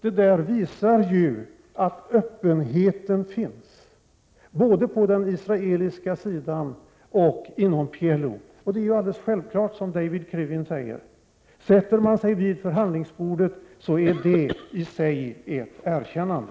Detta visar att öppenheten finns både på den israeliska sidan och inom PLO. Det är också alldeles självfallet så som David Krivine säger, att om man sätter sig vid förhandlingsbordet är det i sig ett erkännande.